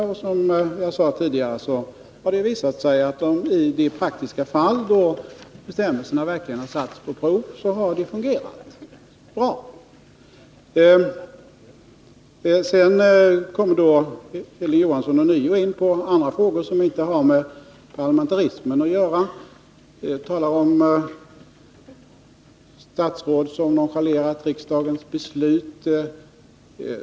Det har, som jag tidigare sade, i de praktiska fall då bestämmelserna har satts på prov visat sig att de har fungerat bra. Hilding Johansson kom sedan ånyo in på frågor som inte har med parlamentarismen att göra. Han talade om statsråd som nonchalerat riksdagens beslut.